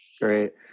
Great